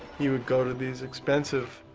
he would go to these expensive